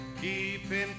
keeping